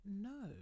No